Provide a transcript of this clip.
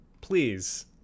please